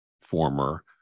former